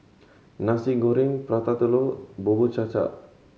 Nasi Goreng Prata Telur Bubur Cha Cha